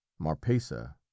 marpesa